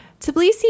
Tbilisi